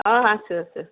অঁ আছো আছো